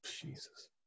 Jesus